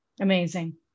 Amazing